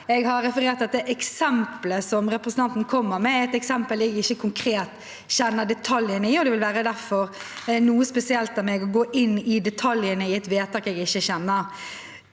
Jeg har referert til at det eksemplet representanten kommer med, er et eksempel jeg ikke konkret kjenner detaljene i, og det vil derfor være noe spesielt av meg å gå inn i detaljene i et vedtak jeg ikke kjenner.